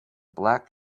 black